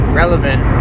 relevant